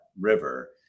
river